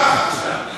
הוא שב"ח עכשיו.